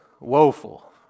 woeful